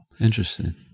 Interesting